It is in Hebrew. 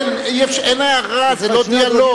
אין הערה, זה לא דיאלוג.